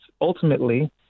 ultimately